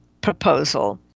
proposal